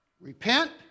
Repent